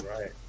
right